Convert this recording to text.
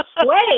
wait